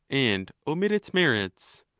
and omit its merits.